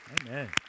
Amen